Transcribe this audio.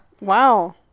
Wow